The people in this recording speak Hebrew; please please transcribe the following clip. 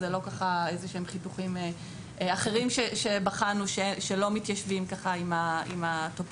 אלה לא איזה שהם חיתוכים אחרים שבחנו שלא מתיישבים עם הטופוגרפיה.